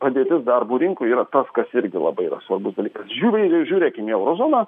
padėtis darbo rinkoj yra tas kas irgi labai yra svarbus dalykas žiūri žiūrėkim į euro zoną